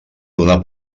donar